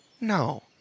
No